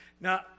Now